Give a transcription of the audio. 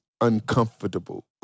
uncomfortable